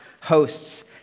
hosts